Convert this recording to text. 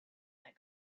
that